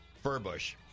Furbush